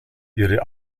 ihre